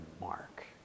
mark